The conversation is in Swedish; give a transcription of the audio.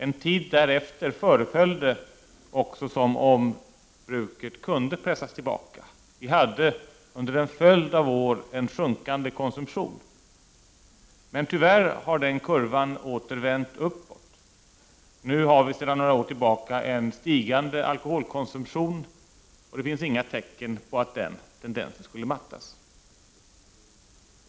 En tid därefter föreföll det också som om bruket kunde pressas tillbaka. Vi hade under en följd av år en sjunkande konsumtion. Tyvärr har den kurvan åter vänt uppåt. Nu har vi sedan några år tillbaka en stigande alkoholkonsumtion, och det finns inga tecken på att den tendensen skulle mattas.